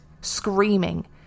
screaming